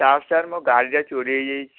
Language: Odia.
ଦାସ ସାର୍ ମୋ ଗାଡ଼ିଟା ଚୋରି ହେଇଯାଇଛି